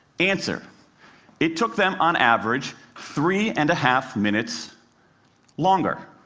answer it took them on average three-and-a-half minutes longer.